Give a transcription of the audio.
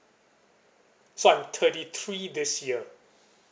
so I'm thirty three this year